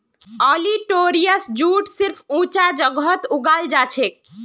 olitorius jute सिर्फ ऊंचा जगहत उगाल जाछेक